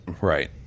Right